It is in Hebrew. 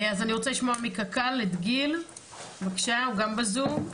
אני רוצה לשמוע מקק"ל את גיל, בבקשה, הוא גם בזום.